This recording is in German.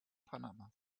panama